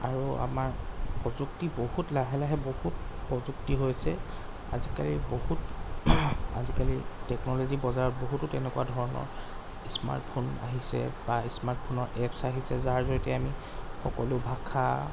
আৰু আমাৰ প্ৰযুক্তিৰ বহুত লাহে লাহে বহুত প্ৰযুক্তি হৈছে আজিকালি বহুত আজিকালি টেকনলজীৰ বজাৰত বহুতো তেনেকুৱা ধৰণৰ স্মাৰ্ট ফোন আহিছে বা স্মাৰ্ট ফোনৰ এপ্ছ আহিছে যাৰ জৰিয়তে আমি সকলো ভাষা